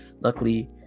luckily